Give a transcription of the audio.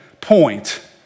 point